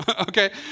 okay